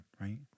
right